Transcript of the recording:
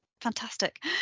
fantastic